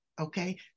okay